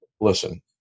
Listen